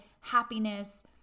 happiness